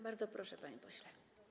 Bardzo proszę, panie pośle.